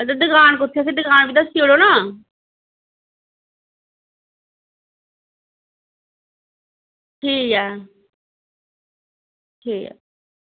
अदे दकान कुध्दर ऐ दकान बी दस्सी ओड़ो ना ठीक ऐ ठीक ऐ